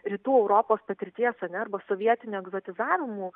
rytų europos patirties ar ne sovietiniu egzotizavimu